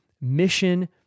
mission